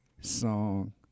song